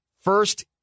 first